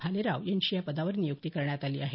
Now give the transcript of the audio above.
भालेराव यांची या पदावर नियुक्ती करण्यात आली आहे